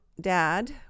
dad